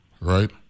Right